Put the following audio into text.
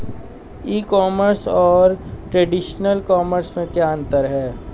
ई commerce और traditional commerce में क्या अंतर है?